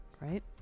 right